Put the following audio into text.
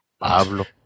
Pablo